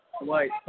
White